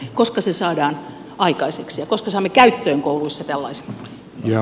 koska se saadaan aikaiseksi ja koska saamme käyttöön kouluissa tällaisen